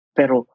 pero